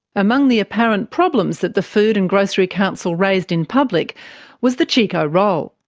among the apparent problems that the food and grocery council raised in public was the chiko roll.